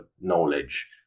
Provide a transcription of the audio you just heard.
knowledge